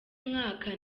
mwaka